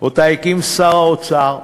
שהקים שר האוצר,